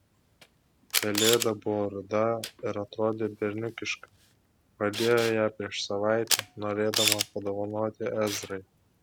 pelėda buvo ruda ir atrodė berniukiškai pradėjo ją prieš savaitę norėdama padovanoti ezrai